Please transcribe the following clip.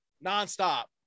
Non-stop